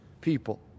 people